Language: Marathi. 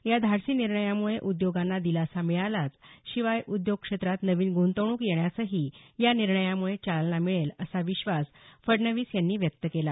या धाडसी निर्णयामुळे उद्योगांना दिलासा मिळालाच शिवाय उद्योग क्षेत्रात नवीन ग्रंतवणूक येण्यासही या निर्णयामुळे चालना मिळेल असा विश्वास फडणवीस यांनी व्यक्त केला